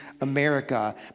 America